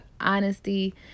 honesty